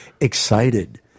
excited